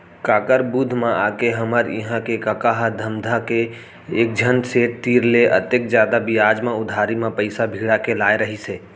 काकर बुध म आके हमर इहां के कका ह धमधा के एकझन सेठ तीर ले अतेक जादा बियाज म उधारी म पइसा भिड़ा के लाय रहिस हे